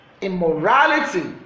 immorality